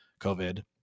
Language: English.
covid